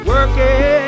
Working